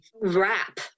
wrap